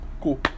cool